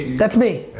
that's me.